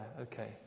okay